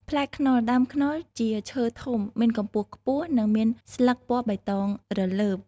ផ្លែខ្នុរ ដើមខ្នុរជាឈើធំ មានកំពស់ខ្ពស់ និងមានស្លឹកពណ៌បៃតងរលើប។